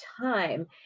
time